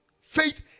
Faith